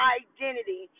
identity